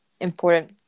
important